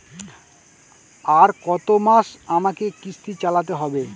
আর কতমাস আমাকে কিস্তি চালাতে হবে?